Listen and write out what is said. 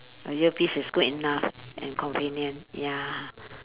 a earpiece is good enough and convenient ya